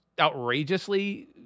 outrageously